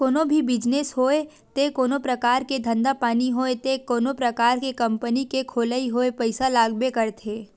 कोनो भी बिजनेस होय ते कोनो परकार के धंधा पानी होय ते कोनो परकार के कंपनी के खोलई होय पइसा लागबे करथे